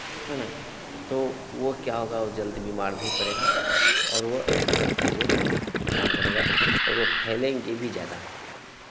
है ना तो वो क्या होगा वो जल्दी बीमार नहीं पड़ेगा और वो अच्छा तरह से वो काम करेगा और वो फैलेंगे भी ज़्यादा